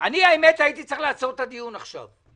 האמת היא שהייתי צריך לעצור את הדיון עכשיו.